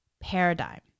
paradigm